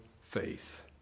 faith